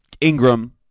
Ingram